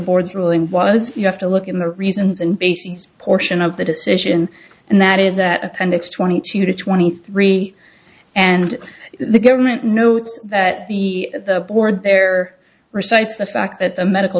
board's ruling was you have to look at the reasons and bases portion of the decision and that is that appendix twenty two to twenty three and the government notes that the the board there recites the fact that a medical